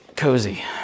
cozy